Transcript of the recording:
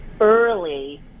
early